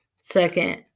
Second